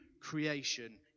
creation